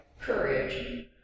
courage